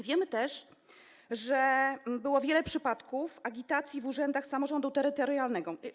Wiem też, że było wiele przypadków agitacji w urzędach samorządu terytorialnego.